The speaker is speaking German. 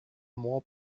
moor